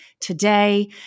today